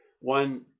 one